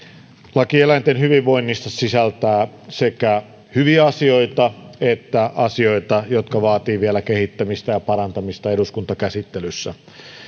laki eläinten hyvinvoinnista sisältää sekä hyviä asioita että asioita jotka vaativat vielä kehittämistä ja parantamista eduskuntakäsittelyssä